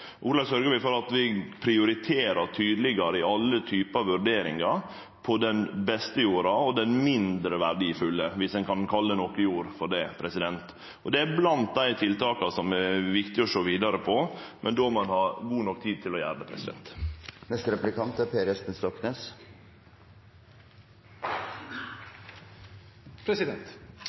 vi for at vi prioriterer tydelegare i alle typar vurderingar mellom den beste jorda og den mindre verdifulle jorda, viss ein kan kalle noko jord for det? Det er blant dei tiltaka som det er viktig å sjå vidare på, men då må ein ha god nok tid til å gjere det.